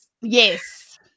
Yes